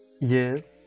Yes